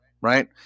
right